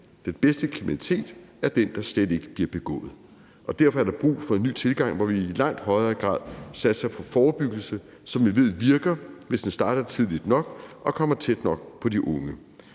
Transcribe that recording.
Den bedste kriminalitet er den, der slet ikke bliver begået. Derfor er der brug for en ny tilgang, hvor vi i langt højere grad satser på forebyggelse, som vi ved virker, hvis den starter tidligt nok og kommer tæt nok på de unge.